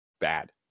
bad